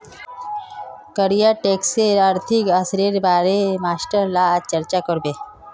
कर या टैक्सेर आर्थिक असरेर बारेत मास्टर ला आज चर्चा करबे